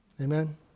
Amen